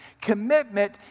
Commitment